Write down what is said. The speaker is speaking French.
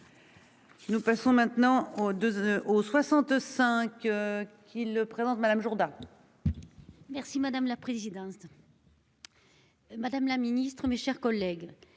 Nous passons maintenant aux 2 au 65 qu'ne présente Madame Jourda. Merci madame la présidente. Madame la Ministre, mes chers collègues.